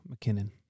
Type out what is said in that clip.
McKinnon